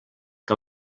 que